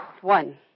One